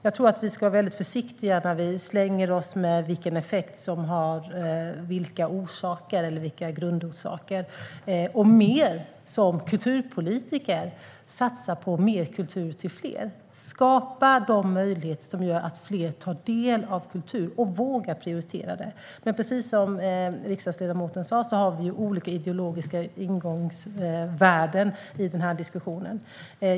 Jag tror att vi ska vara försiktiga när vi slänger oss med vilken effekt som har vilka grundorsaker. Som kulturpolitiker ska vi hellre satsa på mer kultur till fler. Vi ska skapa de möjligheter som gör att fler tar del av kultur, och våga prioritera det. Men precis som riksdagsledamoten sa har vi olika ideologiska ingångsvärden i diskussionen.